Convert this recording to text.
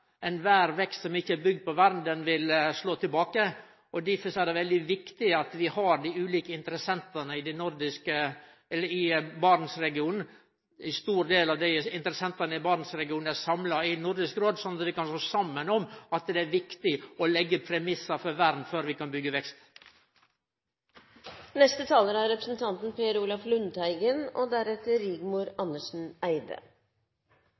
vekst som ikkje er bygd på vern, vil slå tilbake. Difor er det veldig viktig at ein stor del av interessentane i Barentsregionen er samla i Nordisk Råd, slik at ein kan stå saman om det viktige: å leggje premissar for vern før vi kan få til vekst. Nordisk Råd er